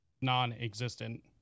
non-existent